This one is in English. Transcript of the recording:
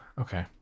okay